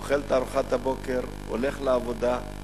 אוכל את ארוחת הבוקר, הולך לעבודה,